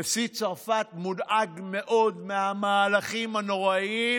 נשיא צרפת מודאג מאוד מהמהלכים הנוראים,